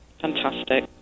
Fantastic